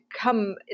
come